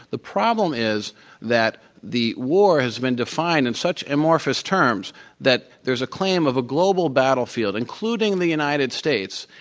the problem is that the war has been defined in such amorphous terms that there's a claim of a global battlefield, including the united states,